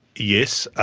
yes. ah